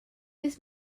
this